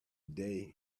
days